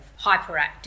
hyperactive